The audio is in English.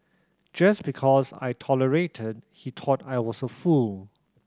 just because I tolerated he thought I was a fool